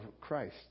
Christ